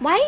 why